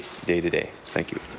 day-to-day? thank you.